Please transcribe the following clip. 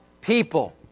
people